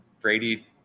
Brady